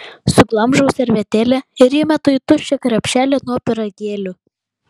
suglamžau servetėlę ir įmetu į tuščią krepšelį nuo pyragėlių